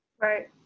Right